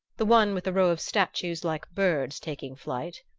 the one with the row of statues like birds taking flight?